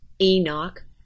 Enoch